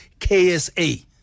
KSA